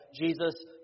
Jesus